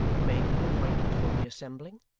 made no appointment for reassembling,